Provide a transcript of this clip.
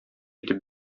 итеп